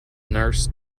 nurse